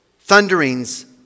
thunderings